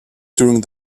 during